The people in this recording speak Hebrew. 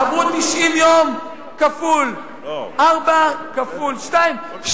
עברו 90 יום כפול ארבע כפול שתיים,